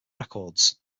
records